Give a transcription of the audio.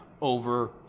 over